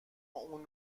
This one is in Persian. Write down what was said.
اون